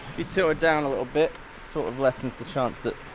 it so ah down a little bit, sort of lessens the chance that